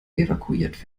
evakuiert